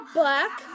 black